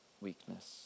weakness